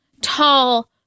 tall